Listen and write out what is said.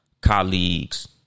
colleagues